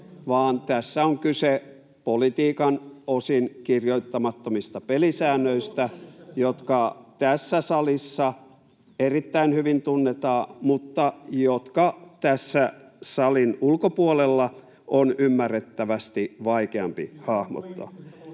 vaan tässä on kyse politiikan osin kirjoittamattomista pelisäännöistä, jotka tässä salissa erittäin hyvin tunnetaan, mutta joita tämän salin ulkopuolella on ymmärrettävästi vaikeampi hahmottaa.